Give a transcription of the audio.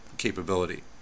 Capability